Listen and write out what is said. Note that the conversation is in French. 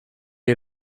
est